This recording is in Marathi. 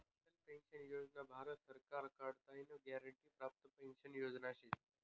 अटल पेंशन योजना भारत सरकार कडताईन ग्यारंटी प्राप्त पेंशन योजना शे